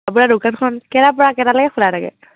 আপোনাৰ দোকানখন কেইটাৰ পৰা কেইটালেকে খোলা থাকে